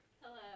Hello